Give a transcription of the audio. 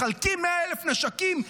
מחלקים 100,000 נשקים,